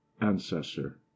ancestor